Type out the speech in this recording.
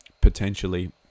...potentially